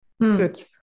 Good